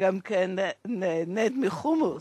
גם נהנית מחומוס.